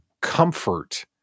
comfort